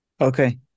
Okay